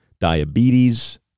diabetes